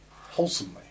wholesomely